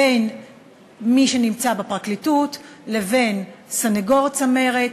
בין מי שנמצא בפרקליטות לבין סנגור צמרת,